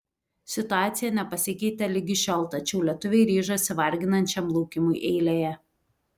situacija nepasikeitė ligi šiol tačiau lietuviai ryžosi varginančiam laukimui eilėje